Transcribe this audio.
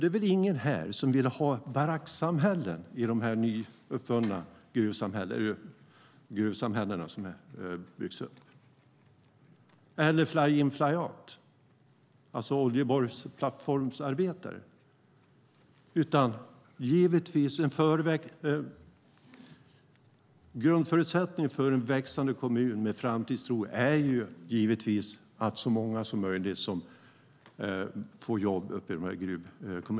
Det är väl ingen här som vill ha baracksamhällen i de nya gruvsamhällen som byggs upp eller fly-in-fly-out som för oljeborrplattformsarbetare.